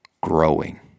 growing